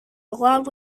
allowed